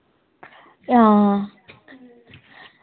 हां